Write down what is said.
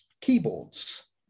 keyboards